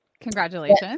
Congratulations